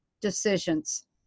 decisions